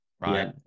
Right